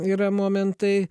yra momentai